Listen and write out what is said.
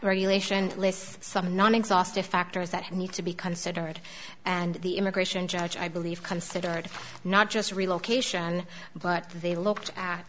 regulation lists some non exhaustive factors that need to be considered and the immigration judge i believe considered not just relocation but they looked at